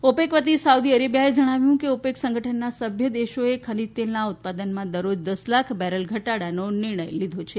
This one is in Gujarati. ઓપેક વતી સાઉદી અરેબીયાએ જણાવયુ છે કે ઓપેક સંગઠનનાં સભ્ય દેશોએ ખનીજ તેલનાં ઉત્પાદનમાં દરરોજ દસ લાખ બેરલ ધટાડાનો નિર્ણય લીધો છે